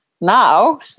now